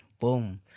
boom